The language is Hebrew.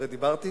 ודיברתי,